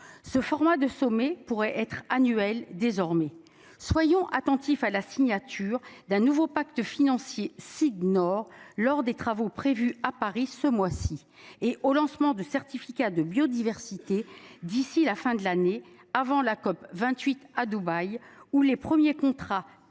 Ce format de sommet pourrait être annuel désormais soyons attentifs à la signature d'un nouveau pacte financier CIG Nord lors des travaux prévus à Paris ce mois-ci et au lancement de certificat de biodiversité d'ici la fin de l'année avant la COP 28 à Dubaï, où les premiers contrats.